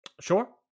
sure